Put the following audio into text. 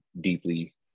deeply